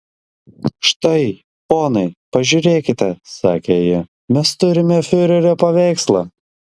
štai ponai pažiūrėkite sakė ji mes turime fiurerio paveikslą